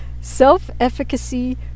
Self-efficacy